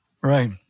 Right